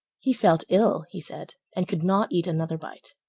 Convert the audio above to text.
he felt ill, he said, and could not eat another bite.